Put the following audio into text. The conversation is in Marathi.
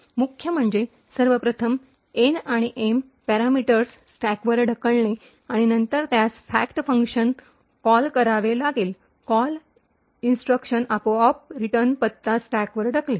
मुख्य म्हणजे सर्वप्रथम एन आणि एम पॅरामीटर्स स्टॅकवर ढकलणे आणि नंतर त्यास फॅक्ट फंक्शन कॉल करावे लागेल कॉल इंस्ट्रक्शन आपोआप रिटर्न पत्ता स्टॅकवर ढकलेल